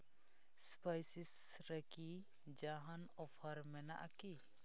spice ᱨᱮᱠᱤ ᱡᱟᱦᱟᱱ ᱚᱯᱷᱟᱨ ᱢᱮᱱᱟᱜᱼᱟ ᱠᱤ